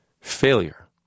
Failure